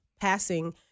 passing